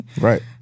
Right